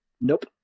Nope